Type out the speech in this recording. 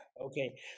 Okay